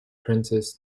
princess